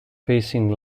facing